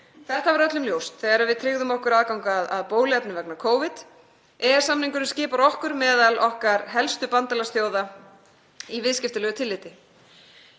Þetta var öllum ljóst þegar við tryggðum okkur aðgang að bóluefni vegna Covid. EES-samningurinn skipar okkur meðal okkar helstu bandalagsþjóða í viðskiptalegu tilliti.